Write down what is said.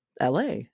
LA